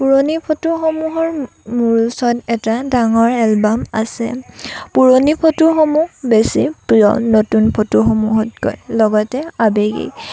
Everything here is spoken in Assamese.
পুৰণি ফটোসমূহৰ মোৰ ওচৰত এটা ডাঙৰ এলবাম আছে পুৰণি ফটোসমূহ বেছি প্ৰিয় নতুন ফটোসমূহতকৈ লগতে আৱেগিক